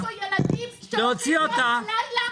יש פה ילדים שהולכים לישון בלילה